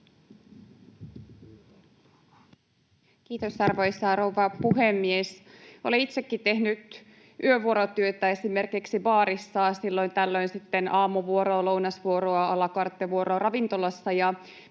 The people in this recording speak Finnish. Kiitos, arvoisa rouva puhemies! Olen itsekin tehnyt yövuorotyötä esimerkiksi baarissa silloin tällöin, sitten aamuvuoroa, lounasvuoroa ja à la carte ‑vuoroa ravintolassa,